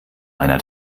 einer